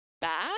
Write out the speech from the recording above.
bad